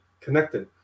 connected